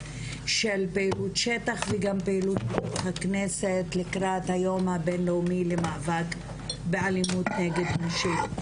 שטח וגם פעילות בתוך הכנסת לקראת היום הבינלאומי במאבק באלימות נגד נשים.